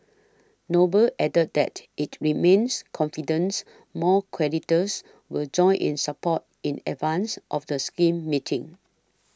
noble added that it remains confidence more creditors will join in support in advance of the scheme meetings